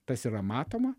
tas yra matoma